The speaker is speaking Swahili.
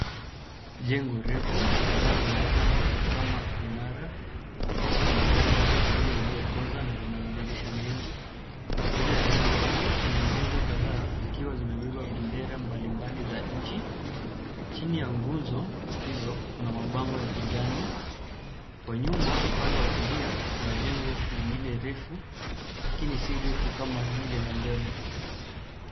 Jengo refu linaloonekana kama mnara, lina rangi ya kahawia iliyokoza na lina madirisha mengi. Mbele ya jengo hili kuna nguzo kadhaa zikiwa zimebeba bendera mbali mbali za nchi. Chini ya nguzo hizo kuna mabango ya kijani. Kwa nyuma upande wa kulia, kuna jengo lingine refu, lakini si refu kama lile la mbele.